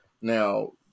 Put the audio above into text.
Now